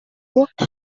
گفت